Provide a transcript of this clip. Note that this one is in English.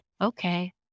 okay